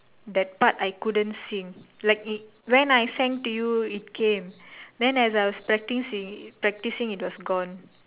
that part I couldn't sing like it when I sang to you it came then as I was practice practicing it it was gone